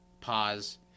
Pause